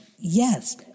Yes